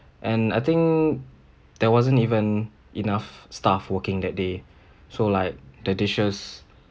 and I think there wasn't even enough staff working that day so like the dishes